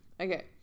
Okay